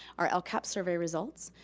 our lcap survey results,